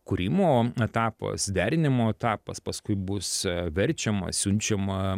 kūrimo etapas derinimo etapas paskui bus verčiama siunčiama